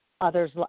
others